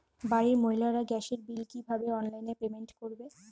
বাড়ির মহিলারা গ্যাসের বিল কি ভাবে অনলাইন পেমেন্ট করবে?